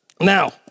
Now